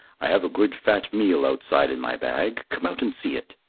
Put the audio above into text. i have a good fat meal outside in my bag. come out and see it.